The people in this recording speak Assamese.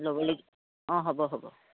ল'বলগী অ' হ'ব হ'ব